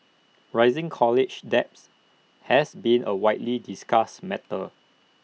rising college debts has been A widely discussed matter